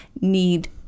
need